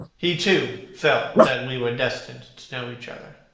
he, too, felt that we were destined to know each other.